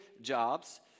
jobs